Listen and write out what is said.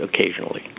occasionally